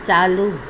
चालू